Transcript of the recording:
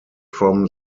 from